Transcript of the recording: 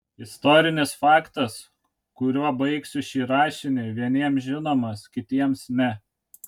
istorinis faktas kuriuo baigsiu šį rašinį vieniems žinomas kitiems ne